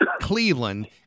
Cleveland